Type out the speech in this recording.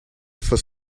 for